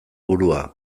burua